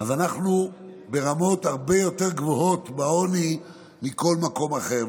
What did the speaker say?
אז אנחנו ברמות הרבה יותר גבוהות בעוני מכל מקום אחר.